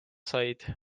said